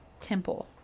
temple